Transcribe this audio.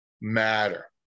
matter